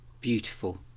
beautiful